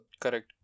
Correct